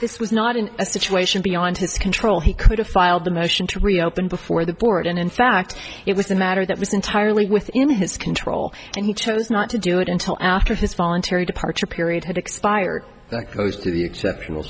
this was not in a situation beyond his control he could have filed the motion to reopen before the board and in fact it was a matter that was entirely within his control and he chose not to do it until after his fallen terry departure period had expired goes through the exceptional